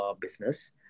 business